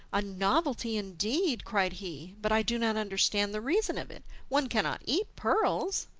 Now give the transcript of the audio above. a novelty, indeed! cried he, but i do not understand the reason of it one cannot eat pearls!